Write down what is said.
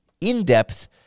in-depth